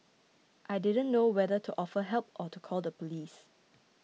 I didn't know whether to offer help or to call the police